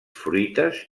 fruites